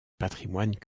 patrimoine